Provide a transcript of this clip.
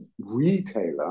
retailer